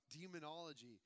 demonology